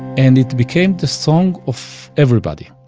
and it became the song of everybody.